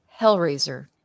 Hellraiser